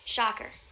Shocker